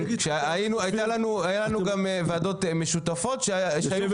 היו לנו גם ועדות משותפות שהיה יו"ר מקביל.